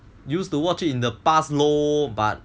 used to watch it in the past loh but